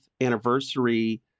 anniversary